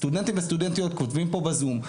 סטודנטים וסטודנטיות כותבים פה בזום,